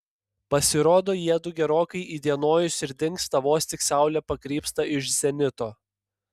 pasirodo jiedu gerokai įdienojus ir dingsta vos tik saulė pakrypsta iš zenito